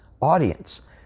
audience